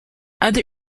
other